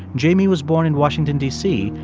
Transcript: jamie was born in washington, d c,